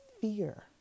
fear